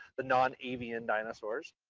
the non-avian dinosaurs.